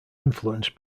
influenced